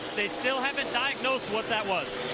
they still haven't diagnosed what that was.